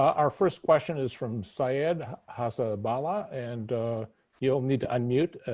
our first question is from sayed hassaballah. and you'll need to unmute.